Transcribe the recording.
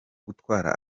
gutwara